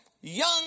young